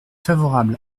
favorable